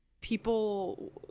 people